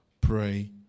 pray